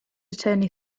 attorney